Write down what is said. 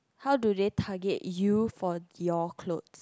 how do they target you for your clothes